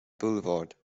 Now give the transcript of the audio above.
boulevard